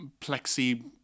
plexi